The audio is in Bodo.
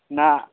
ना